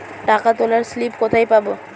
টাকা তোলার স্লিপ কোথায় পাব?